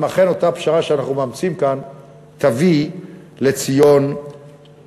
אם אכן אותה הפשרה שאנחנו מאמצים כאן תביא לציון גואל,